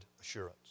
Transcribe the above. assurance